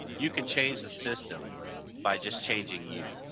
you can change the system by just changing you.